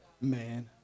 Man